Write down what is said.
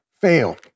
fail